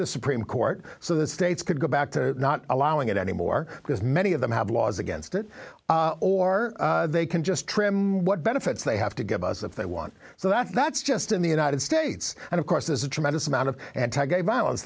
the supreme court so the states could go back to not allowing it anymore because many of them have laws against it or they can just trim what benefits they have to give us if they want so that's just in the united states and of course there's a tremendous amount of anti gay violence